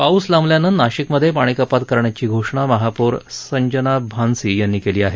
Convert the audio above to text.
पाऊस लांबल्यानं नाशिकमधे पाणी कपात करण्याची घोषणा महापौर रंजना भानसी यांनी केली आहे